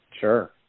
sure